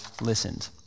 listened